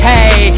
Hey